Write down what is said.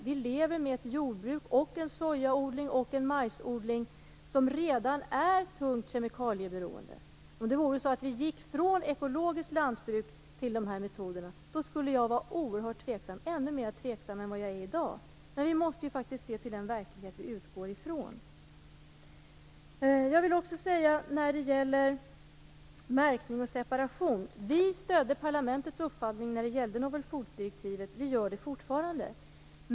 Vi lever med jordbruk, sojaodling, majsodling som redan är tungt kemikalieberoende. Jag skulle vara ännu mer tveksam än vad jag är i dag om vi övergick från ekologiskt lantbruk till de metoderna. Men vi måste se till den verklighet vi utgår från. Sedan var det frågan om märkning och separation. Vi stödde parlamentets uppfattning när det gällde novel feed-direktivet. Vi gör det fortfarande.